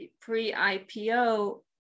pre-IPO